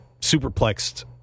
superplexed